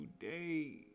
today